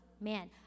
man